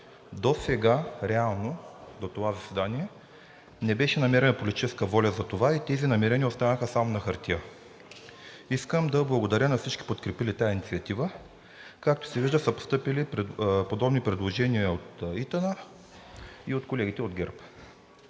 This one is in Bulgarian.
Досега реално, до това заседание, не беше намерена политическа воля за това и тези намерения останаха само на хартия. Искам да благодаря на всички, подкрепили тази инициатива. Както се вижда, постъпили са подобни предложения от ИТН и от колегите от ГЕРБ.